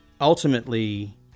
ultimately